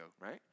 right